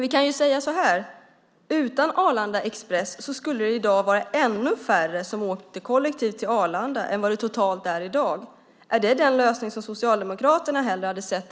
Vi kan säga så här: Utan Arlanda Express skulle det i dag vara ännu färre som åkte kollektivt till Arlanda än vad det totalt är i dag. Man kan undra om det är den lösning som Socialdemokraterna hellre hade sett.